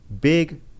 big